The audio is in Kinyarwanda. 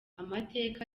amateka